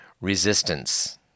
resistance